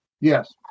Yes